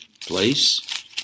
place